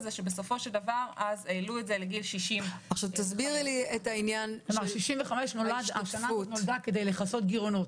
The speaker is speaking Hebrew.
מדוע בסופו של דבר העלו את זה לגיל 65. כלומר קבעו את גיל 65 כדי לכסות גירעונות.